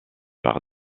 par